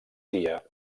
dia